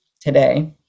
today